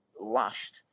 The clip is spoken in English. lashed